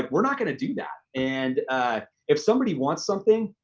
we're not gonna do that. and if somebody wants something,